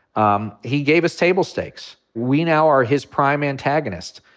um he gave us table stakes. we now are his prime antagonist.